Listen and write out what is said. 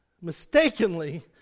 mistakenly